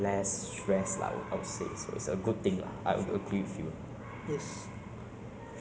nobody no lah I didn't witness everybo~ any~ anyone who drop this one thousand dollars